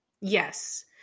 Yes